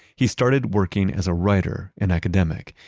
he started working as a writer and academic.